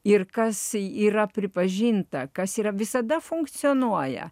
ir kas yra pripažinta kas yra visada funkcionuoja